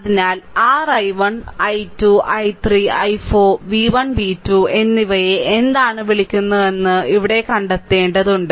അതിനാൽ r i1 i2 i3 i4 v1 v2 എന്നിവയെ എന്താണ് വിളിക്കുന്നതെന്ന് ഇവിടെ കണ്ടെത്തേണ്ടതുണ്ട്